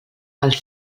als